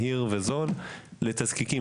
מהיר וזול לתזקיקים.